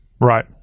right